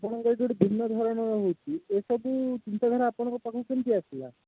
ଆପଣଙ୍କ ଏଇଠି ଗୋଟେ ଭିନ୍ନ ଧରଣର ହେଉଛି ଏ ସବୁ ଚିନ୍ତାଧାରା ଆପଣଙ୍କ ପାଖକୁ କେମିତି ଆସିଲା